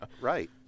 Right